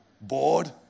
bored